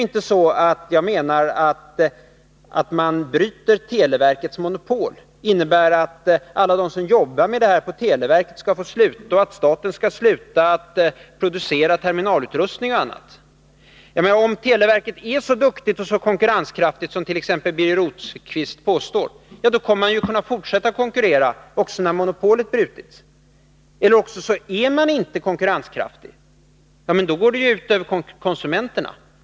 Jag menar inte att om man bryter televerkets monopol så innebär det att alla de som jobbar med detta på televerket skulle få sluta och att staten skulle sluta producera terminalutrustning och annat. Men om televerket är så duktigt och konkurrenskraftigt som t.ex. Birger Rosqvist påstår, då kommer man ju att kunna fortsätta konkurrera också när monopolet har brutits. Eller också är man inte konkurrenskraftig — men då går det ut över konsumenterna.